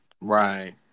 Right